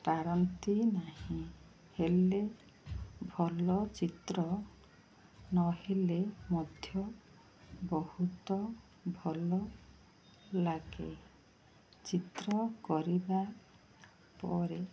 ପାରନ୍ତି ନାହିଁ ହେଲେ ଭଲ ଚିତ୍ର ନହେଲେ ମଧ୍ୟ ବହୁତ ଭଲଲାଗେ ଚିତ୍ର କରିବା ପରେ